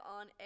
on